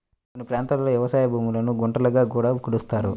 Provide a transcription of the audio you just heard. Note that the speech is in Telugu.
కొన్ని ప్రాంతాల్లో వ్యవసాయ భూములను గుంటలుగా కూడా కొలుస్తారు